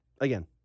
again